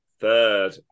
third